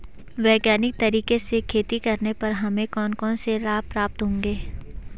वैज्ञानिक तरीके से खेती करने पर हमें कौन कौन से लाभ प्राप्त होंगे?